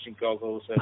goggles